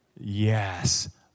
yes